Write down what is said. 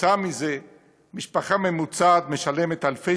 כתוצאה מזה משפחה ממוצעת משלמת אלפי